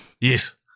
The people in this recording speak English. Yes